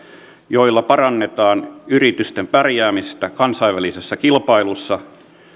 joilla parannetaan yritysten pärjäämistä kansainvälisessä kilpailussa